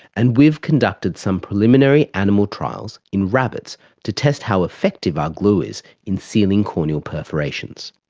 and we've conducted some preliminary animal trials in rabbits to test how effective our glue is in sealing corneal perforations.